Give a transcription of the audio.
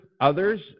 others